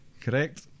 Correct